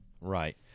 Right